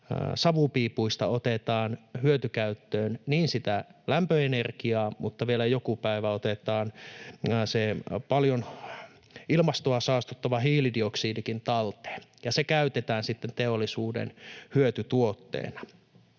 savupiipuista paitsi otetaan hyötykäyttöön sitä lämpöenergiaa mutta vielä joku päivä otetaan se paljon ilmastoa saastuttava hiilidioksidikin talteen ja se käytetään sitten teollisuuden hyötytuotteena.